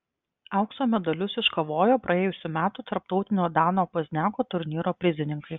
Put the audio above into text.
aukso medalius iškovojo praėjusių metų tarptautinio dano pozniako turnyro prizininkai